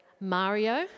Mario